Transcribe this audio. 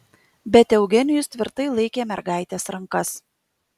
bet eugenijus tvirtai laikė mergaitės rankas